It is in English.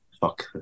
fuck